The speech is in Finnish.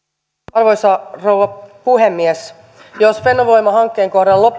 arvoisa rouva puhemies jos fennovoima hankkeen kohdalla